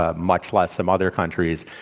ah much less some other countries,